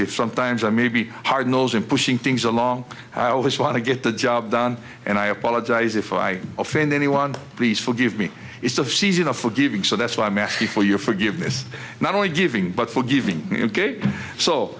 if sometimes i may be hard nosed in pushing things along i always want to get the job done and i apologize if i offend anyone please forgive me it's the season of forgiving so that's why i'm asking for your forgiveness not only giving but forgiving